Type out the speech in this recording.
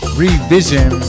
revision